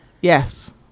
yes